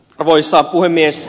arvoisa puhemies